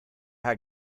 herr